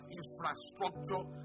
infrastructure